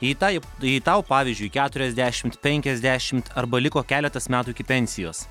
jei taip jei tau pavyzdžiui keturiasdešimt penkiasdešimt arba liko keletas metų iki pensijos